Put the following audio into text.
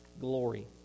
glory